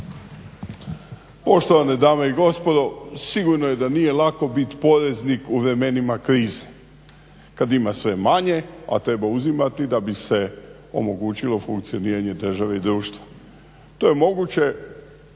Poštovane dame i gospodo, sigurno je da nije lako biti poreznik u vremenima krize kada ima sve manje a treba uzimati da bi se omogućilo funkcioniranje države i društva. To je moguće